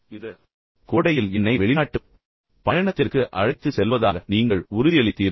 இந்த கோடையில் என்னை வெளிநாட்டுப் பயணத்திற்கு அழைத்துச் செல்வதாக நீங்கள் உறுதியளித்தீர்கள்